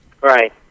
Right